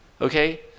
okay